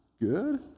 good